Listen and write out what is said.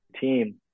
team